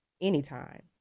Anytime